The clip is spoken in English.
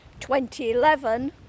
2011